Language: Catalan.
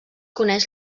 coneix